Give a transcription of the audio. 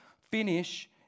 finish